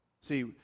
See